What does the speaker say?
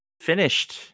finished